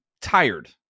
tired